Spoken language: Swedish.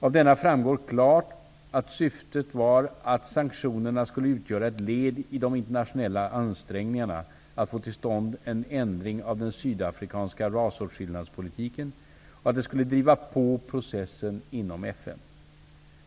Av denna framgår klart att syftet var att sanktionerna skulle utgöra ett led i de internationella ansträngningarna att få till stånd en ändring av den sydafrikanska rasåtskillnadspolitiken och att de skulle ''driva på processen inom FN''.